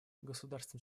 государствам